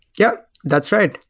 yeah, that's right.